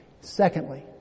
Secondly